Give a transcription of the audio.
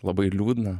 labai liūdna